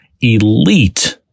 elite